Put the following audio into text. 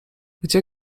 gdzie